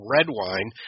Redwine